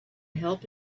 help